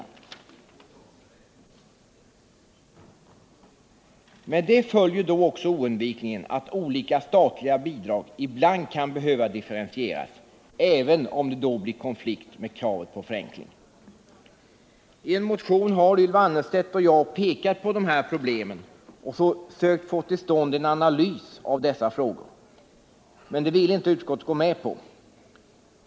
Men med detta följer oundvikligen att olika statliga bidrag ibland kan behöva differentieras, även om det då blir konflikt med kravet på förenkling. I motionen 2372 har Ylva Annerstedt och jag pekat på de här problemen. Vi har sökt få till stånd en analys av dessa frågor, men det vill utskottet inte gå med på.